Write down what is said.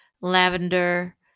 lavender